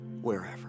wherever